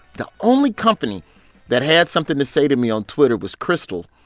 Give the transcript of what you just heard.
the only company that had something to say to me on twitter was krystal.